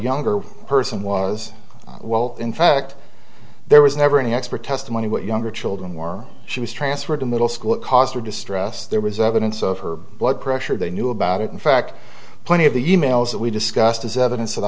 younger person was in fact there was never any expert testimony what younger children were she was transferred to middle school it caused her distress there was evidence of her blood pressure they knew about it in fact plenty of the emails that we discussed as evidence of the